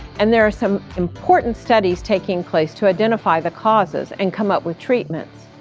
and there are some important studies taking place to identify the causes and come up with treatments.